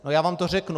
No já vám to řeknu.